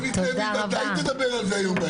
יונית לוי ודאי תדבר על זה הערב.